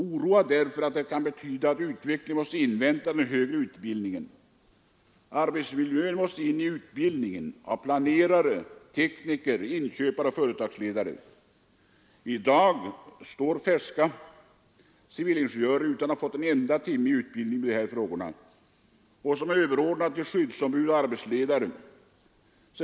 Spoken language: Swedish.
Oroad därför att det kan betyda att utvecklingen måste invänta den högre utbildningen. Arbetsmiljön måste in i utbildningen av planerare, tekniker, inköpare och företagsledare. I dag står färska civilingenjörer, utan att ha fått en enda timmes utbildning i de här frågorna, som överordnade till skyddsombud och arbetsledare.